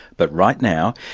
but right now,